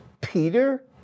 Peter